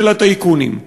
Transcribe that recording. של הטייקונים.